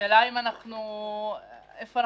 השאלה איפה אנחנו עומדים.